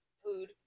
food